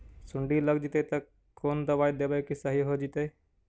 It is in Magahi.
सुंडी लग जितै त कोन दबाइ देबै कि सही हो जितै?